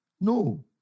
No